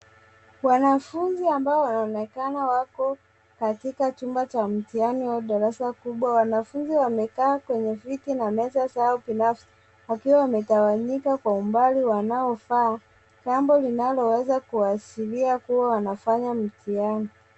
Wanafunzi ambao wanaonekana wako katika chumba cha mtihani au darasa kubwa. Wanafunzi wamekaa kwenye viti na meza zao binafsi wakiwa wametawanyika kwa umbali wanaofaa jambo linaloweza kuashiria kuwa wanafanya mtihani.